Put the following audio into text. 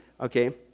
Okay